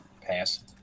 Pass